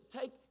Take